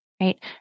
right